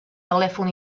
telèfon